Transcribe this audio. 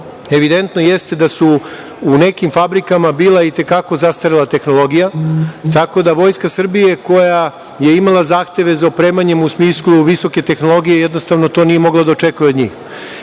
evidentno jeste da je u nekim fabrikama bila i te kako zastarela tehnologija, tako da Vojska Srbije koja je imala zahteve za opremanjem, u smislu visoke tehnologije, jednostavno to nije mogla da očekuje od njih. Onda